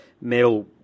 metal